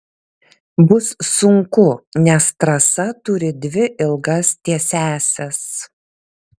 bus sunku nes trasa turi dvi ilgas tiesiąsias